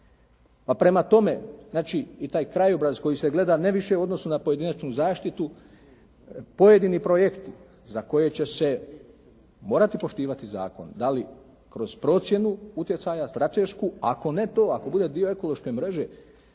pa prema tome znači i taj krajobraz koji se gleda ne više u odnosu na pojedinačnu zaštitu pojedini projekt za koje će se morati poštivati zakon da li kroz procjenu utjecaja stratešku. Ako ne to, ako bude dio ekološke mreže